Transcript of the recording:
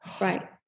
right